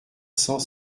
cent